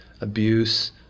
Abuse